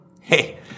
Hey